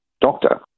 doctor